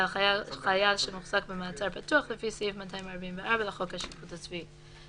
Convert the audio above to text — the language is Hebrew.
ועל חייל שמוחזק במעצר פתוח לפי סעיף 244 לחוק השיפוט הצבאי.